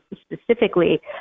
specifically